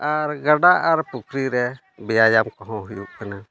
ᱟᱨ ᱜᱟᱰᱟ ᱟᱨ ᱯᱩᱠᱷᱨᱤ ᱨᱮ ᱵᱮᱭᱟᱢ ᱠᱚᱦᱚᱸ ᱦᱩᱭᱩᱜ ᱠᱟᱱᱟ